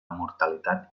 mortalitat